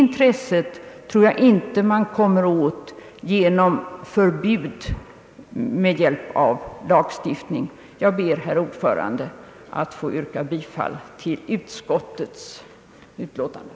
Det tror jag inte man gör genom förbud med stöd av lagstiftning. Jag ber, herr talman, att få yrka bifall till utskottets förslag.